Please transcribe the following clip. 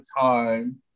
time